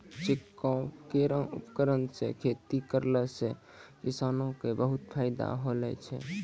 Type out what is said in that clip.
छिड़काव केरो उपकरण सँ खेती करला सें किसानो क बहुत फायदा होलो छै